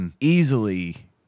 easily